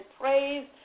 praise